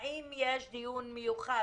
האם יש דיון מיוחד?